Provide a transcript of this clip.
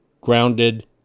grounded